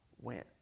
went